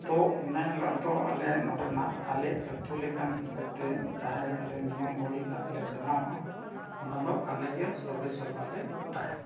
ᱛᱳ ᱤᱱᱟᱹ ᱦᱤᱞᱳᱜ ᱫᱚ ᱟᱞᱮ ᱱᱚᱰᱮᱱᱟᱜ ᱟᱞᱮ ᱟᱛᱳ ᱞᱮᱠᱟᱱ ᱦᱤᱥᱟᱹᱵᱽᱛᱮ ᱡᱟᱦᱟᱸ ᱜᱮᱛᱟᱞᱮ ᱱᱤᱭᱚᱢ ᱵᱚᱲᱤ ᱱᱟᱦᱟᱜ ᱞᱮ ᱵᱮᱱᱟᱣᱟ ᱚᱱᱟ ᱫᱚ ᱟᱞᱮ ᱜᱮ ᱥᱚᱨᱵᱮᱥᱚᱨᱵᱟ ᱞᱮ ᱛᱟᱦᱮᱱᱟ